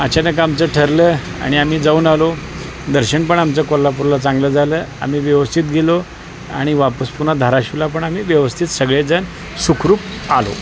अचानक आमचं ठरलं आणि आम्ही जाऊन आलो दर्शन पण आमचं कोल्हापूरला चांगलं झालं आम्ही व्यवस्थित गेलो आणि वापस पुन्हा धाराशिवला पण आम्ही व्यवस्थित सगळेजण सुखरूप आलो